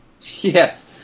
Yes